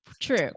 True